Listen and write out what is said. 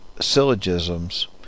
syllogisms